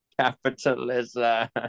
Capitalism